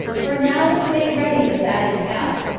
for now was made ready the fatted calf,